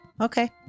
Okay